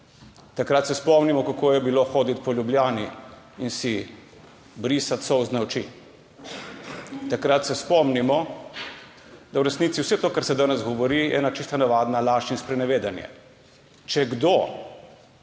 Takrat se spomnimo, kako je bilo hoditi po Ljubljani in si brisati solzne oči. Takrat se spomnimo, da je v resnici vse to, kar se danes govori, ena čisto navadna laž in sprenevedanje. Če kdo